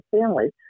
families